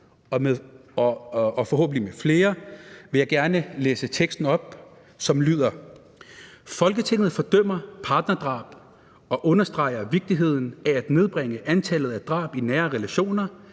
og Alternativet vil jeg gerne fremsætte følgende: Forslag til vedtagelse »Folketinget fordømmer partnerdrab og understreger vigtigheden af at nedbringe antallet af drab i nære relationer,